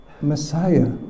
Messiah